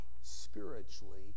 spiritually